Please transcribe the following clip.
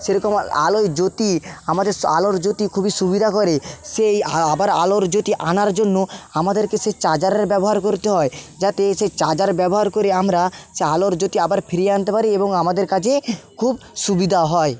সেরকম আলোয় জ্যোতি আমাদের আলোর জ্যোতি খুবই সুবিধা করে সেই আবার আলোর জ্যোতি আনার জন্য আমাদেরকে সেই চার্জারের ব্যবহার করতে হয় যাতে সেই চার্জার ব্যবহার করে আমরা সে আলোর জ্যোতি আবার ফিরিয়ে আনতে পারি এবং আমাদের কাজে খুব সুবিধা হয়